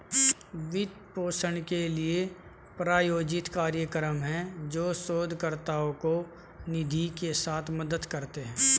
वित्त पोषण के लिए, प्रायोजित कार्यक्रम हैं, जो शोधकर्ताओं को निधि के साथ मदद करते हैं